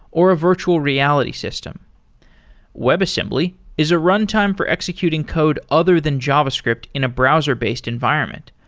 or a virtual reality system webassembly is a runtime for executing code other than javascript in a browser-based environment.